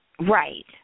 Right